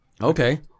Okay